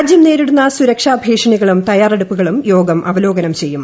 രാജ്യം നേരിടുന്ന സുരക്ഷാ ഭീഷണികളും തയ്യാറെടുപ്പുകളും യോഗം അവലോകനം ചെയ്യും